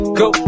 go